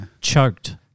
Choked